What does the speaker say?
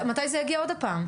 מתי זה יגיע עוד הפעם?